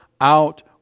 out